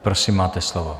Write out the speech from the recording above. Prosím, máte slovo.